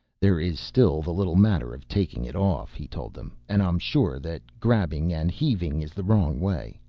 there is still the little matter of taking it off, he told them, and i'm sure that grabbing and heaving is the wrong way.